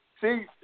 See